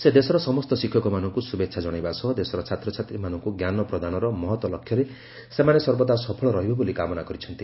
ସେ ଦେଶର ସମସ୍ତ ଶିକ୍ଷକମାନଙ୍କୁ ଶୁଭେଚ୍ଛା ଜଣାଇବା ସହ ଦେଶର ଛାତ୍ରଛାତ୍ରୀମାନଙ୍କୁ ଜ୍ଞାନ ପ୍ରଦାନର ମହତ ଲକ୍ଷ୍ୟରେ ସେମାନେ ସର୍ବଦା ସଫଳ ରହିବେ ବୋଲି କାମନା କରିଛନ୍ତି